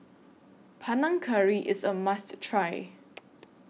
Panang Curry IS A must Try